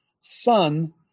son